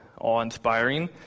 awe-inspiring